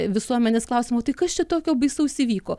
visuomenės klausimų tai kas čia tokio baisaus įvyko